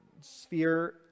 sphere